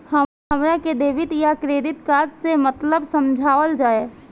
हमरा के डेबिट या क्रेडिट कार्ड के मतलब समझावल जाय?